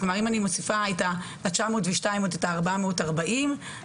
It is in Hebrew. אם אני מוסיפה את ה-440 ל-902,